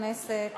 חבר הכנסת